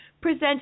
present